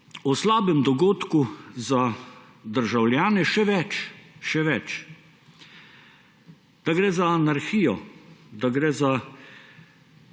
o slabem dogodku za državljane, še več, še več; da gre za anarhijo, da gre za